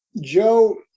Joe